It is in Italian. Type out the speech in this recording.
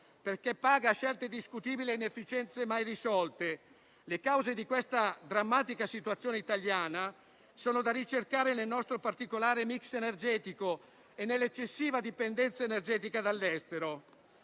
perché paga scelte discutibili e inefficienze mai risolte. Le cause di questa drammatica situazione italiana sono da ricercare nel nostro particolare *mix* energetico e nell'eccessiva dipendenza energetica dall'estero.